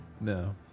No